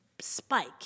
spike